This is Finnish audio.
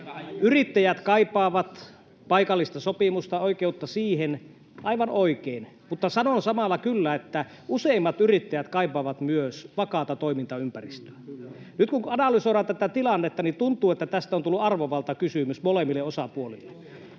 Yrittäjät kaipaavat paikallista sopimista, oikeutta siihen, aivan oikein, mutta sanon samalla kyllä, että useimmat yrittäjät kaipaavat myös vakaata toimintaympäristöä. Nyt kun analysoidaan tätä tilannetta, niin tuntuu, että tästä on tullut arvovaltakysymys molemmille osapuolille.